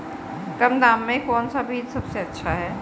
कम दाम में कौन सा बीज सबसे अच्छा है?